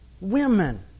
women